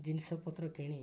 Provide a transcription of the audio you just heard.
ଜିନିଷପତ୍ର କିଣି